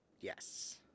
Yes